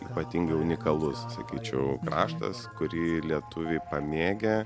ypatingai unikalus sakyčiau kraštas kurį lietuviai pamėgę